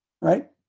Right